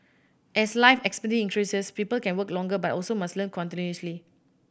as life expectancy increases people can work longer but must also learn continuously